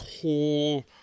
whole